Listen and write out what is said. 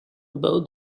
about